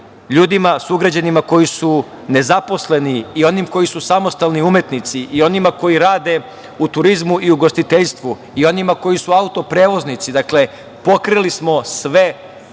ljudima, sugrađanima, koji su nezaposleni i onima koji su samostalni umetnici i onima koji rade u turizmu i ugostiteljstvu i onima koji su auto-prevoznici, dakle, pokrili smo sve ugrožene